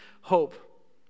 hope